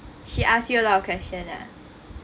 she ask you a lot of question ah